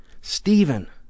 Stephen